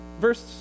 verse